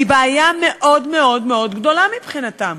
היא בעיה מאוד מאוד גדולה מבחינתם.